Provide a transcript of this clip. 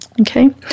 Okay